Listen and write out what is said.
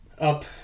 up